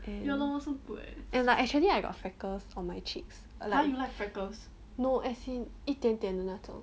ya it's like actually I got freckles on my cheeks no as in 一点点那种